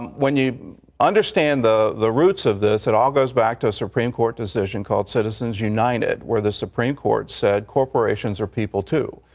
um when you understand the the roots of this, it all goes back to a supreme court decision called citizens united where the supreme court said corporations are people, too.